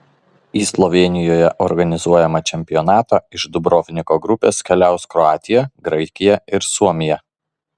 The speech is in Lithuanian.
į slovėnijoje organizuojamą čempionatą iš dubrovniko grupės keliaus kroatija graikija ir suomija